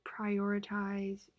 prioritize